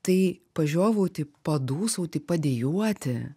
tai pažiovauti padūsauti padejuoti